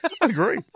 agree